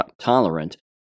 tolerant